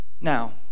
Now